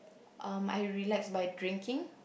um I relax by drinking